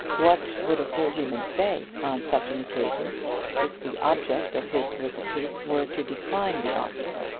what would a clergyman say on such an occasion if the object of his solicitude were to decline the offer,